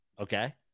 Okay